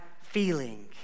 feeling